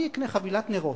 אני אקנה חבילת נרות.